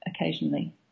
occasionally